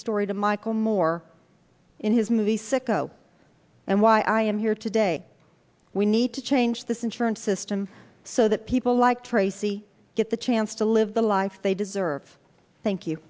story to michael moore in his movie sicko and why i am here today we need to change this insurance system so that people like tracy get the chance to live the life they deserve thank you